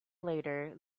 later